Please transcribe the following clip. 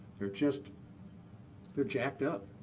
they're just they're jacked up.